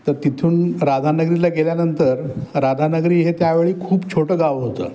तर तिथून राधानगरीला गेल्यानंतर राधानगरी हे त्यावेळी खूप छोटं गाव होतं